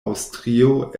aŭstrio